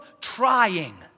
trying